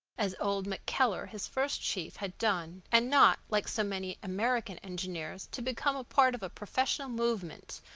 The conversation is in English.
as old mackeller, his first chief, had done, and not, like so many american engineers, to become a part of a professional movement,